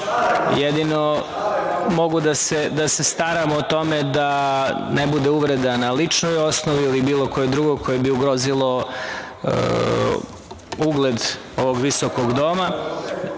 jedino mogu da se staram o tome da ne bude uvreda na ličnoj osnovi ili bilo kojoj drugoj, koje bi ugrozilo ugled ovog visokog doma. Hvala